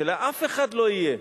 שלאף אחד לא יהיה.